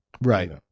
Right